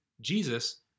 Jesus